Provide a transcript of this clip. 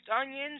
onions